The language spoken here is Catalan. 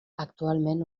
actualment